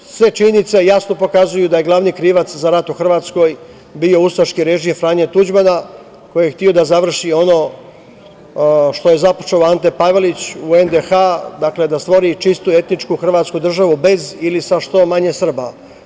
Sve činjenice jasno pokazuju da je glavni krivac za rat u Hrvatskoj bio ustaški režim Franje Tuđmana koji je hteo da završi ono što je započeo Ante Pavelić u NDH, dakle, da stvori čistu etničku Hrvatsku državu bez ili sa što manje Srba.